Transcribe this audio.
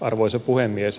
arvoisa puhemies